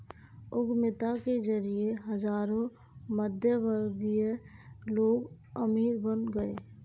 उद्यमिता के जरिए हजारों मध्यमवर्गीय लोग अमीर बन गए